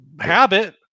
habit